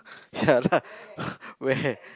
ya lah where